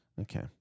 Okay